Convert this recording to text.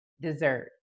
dessert